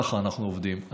ככה אנחנו עובדים.